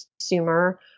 consumer